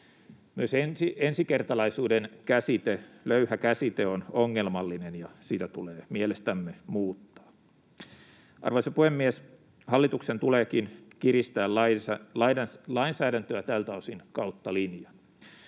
Myös ensikertalaisuuden löyhä käsite on ongelmallinen, ja sitä tulee mielestämme muuttaa. Arvoisa puhemies! Hallituksen tuleekin kiristää lainsäädäntöä tältä osin kautta linjan.